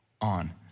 on